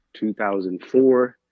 2004